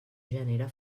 genera